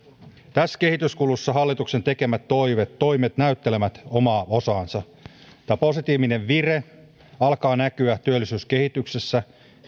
tässä kehityskulussa hallituksen tekemät toimet toimet näyttelevät omaa osaansa tämä positiivinen vire alkaa näkyä työllisyyskehityksessä